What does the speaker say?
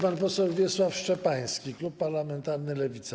Pan poseł Wiesław Szczepański, klub parlamentarny Lewica.